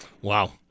Wow